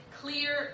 clear